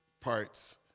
parts